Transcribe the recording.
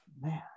Man